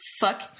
Fuck